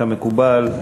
כמקובל,